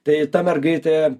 tai ta mergaitė